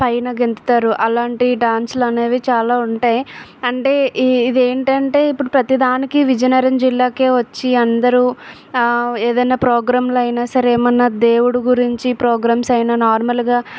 పైన గెంతుతారు అలాంటి డ్యాన్స్లు అనేవి చాలా ఉంటాయి అంటే ఇ ఇది ఏంటంటే ఇప్పుడు ప్రతిదానికి విజయనగరం జిల్లాకు వచ్చి అందరు ఏదైనా ప్రోగ్రామ్లు అయిన సరే ఏమన్నా దేవుడు గురించి ప్రోగ్రామ్స్ అయిన నార్మల్గా